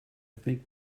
think